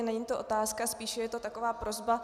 Není to otázka, spíše je to taková prosba.